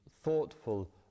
thoughtful